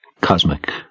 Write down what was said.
cosmic